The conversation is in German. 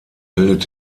bildet